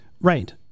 Right